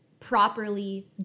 properly